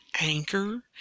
Anchor